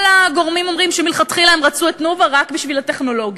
כל הגורמים אומרים שמלכתחילה הם רצו את "תנובה" רק בשביל הטכנולוגיה.